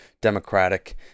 democratic